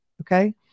Okay